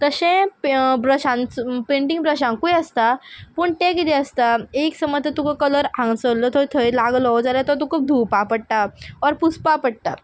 तशें पे ब्रशांचो पेंटींग ब्रशांकूय आसता पूण तें कितें आसता एक समज तर तुका कलर हांगसल्लो थंय थंय लागलो जाल्या तो तुका धुवपा पडटा ऑर पुसपा पडटा